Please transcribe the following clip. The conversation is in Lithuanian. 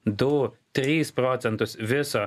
du tris procentus viso